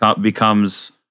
becomes